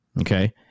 Okay